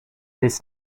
this